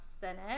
Senate